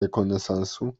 rekonesansu